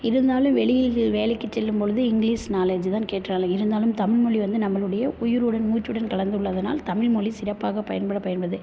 இருந்தாலும் வெளியில் வேலைக்கு செல்லும் பொழுது இங்கிலிஷ் நாலேட்ஜ் தான் கேட்றாங்க இருந்தாலும் தமிழ் மொழி வந்து நம்மளுடைய உயிருடன் மூச்சுடன் கலந்துள்ளதனால் தமிழ் மொழி சிறப்பாகப் பயன்பட பயன்படுது